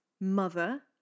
mother